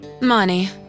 Money